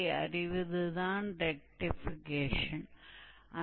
तो इस प्रक्रिया को रेक्टीफिकेशन कहा जाता है